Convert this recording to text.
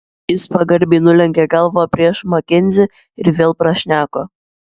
jis pagarbiai nulenkė galvą prieš makenzį ir vėl prašneko